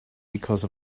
because